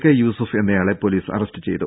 K Yusuf എന്നയാളെ police arrest ചെയ്തു